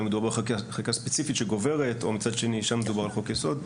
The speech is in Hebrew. האם מדובר על חקיקה ספציפית שגוברת או מצד שני שם מדובר על חוק יסוד?